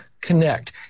connect